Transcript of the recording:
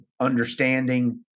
understanding